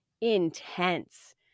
intense